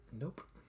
nope